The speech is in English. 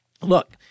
look